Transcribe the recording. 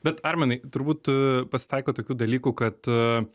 bet arminai turbūt pasitaiko tokių dalykų kad